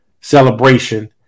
celebration